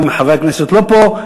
גם אם חברי הכנסת לא פה,